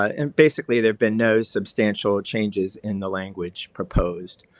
and basically there've been no substantial changes in the language proposed.